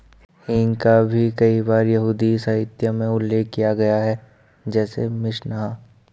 हींग का भी कई बार यहूदी साहित्य में उल्लेख किया गया है, जैसे मिशनाह